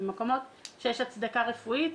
במקומות שיש הצדקה רפואית,